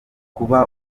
kuba